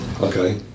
Okay